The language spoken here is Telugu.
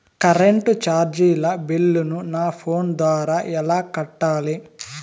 కరెంటు చార్జీల బిల్లును, నా ఫోను ద్వారా ఎలా కట్టాలి?